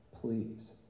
please